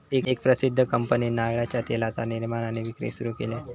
एका प्रसिध्द कंपनीन नारळाच्या तेलाचा निर्माण आणि विक्री सुरू केल्यान